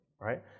right